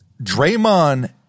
Draymond